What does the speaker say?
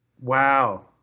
Wow